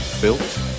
built